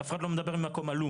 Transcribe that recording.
אף אחד לא מדבר על מקום עלום.